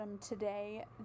today